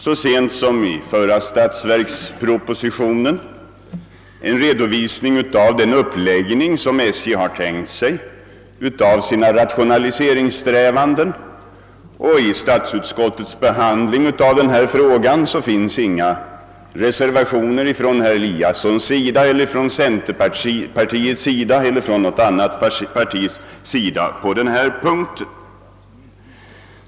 Så sent som i statsverkspropositionen till årets riksdag förekom en redovisning av den uppläggning som SJ har tänkt sig av sina rationaliseringssträvanden. Vid statsutskottets behandling av denna fråga avgavs inga reservationer av vare sig herr Eliasson, någon annan företrädare för centerpartiet eller av representanter för något annat parti på denna punkt.